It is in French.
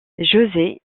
josé